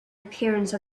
appearance